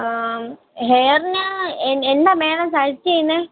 ഹെയർന് എന്താ madam suggest ചെയ്ന്നെ